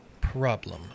problem